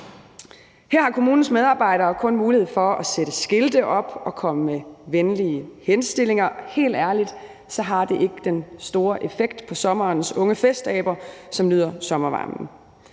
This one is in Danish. Her har kommunens medarbejdere kun mulighed for at sætte skilte op og komme med venlige henstillinger – helt ærligt, så har det ikke den store effekt på sommerens unge festaber, som nyder sommervarmen.